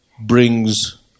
brings